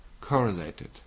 correlated